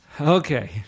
Okay